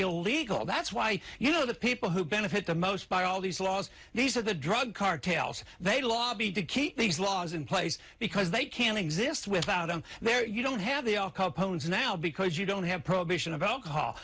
illegal that's why you know the people who benefit the most by all these laws these are the drug cartels they lobby to keep these laws in place because they can't exist without them there you don't have the al capone's now because you don't have prohibition of alcohol